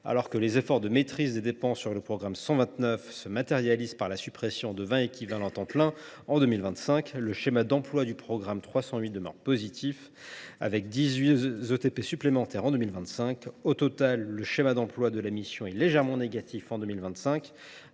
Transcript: Alors que les efforts de maîtrise des dépenses sur le programme 129 se matérialisent par la suppression de 20 équivalents temps plein (ETP) en 2025, le solde du schéma d’emplois du programme 308 demeure positif, avec 18 ETP supplémentaires en 2025. Au total, le solde du schéma d’emplois de la mission est légèrement négatif en 2025,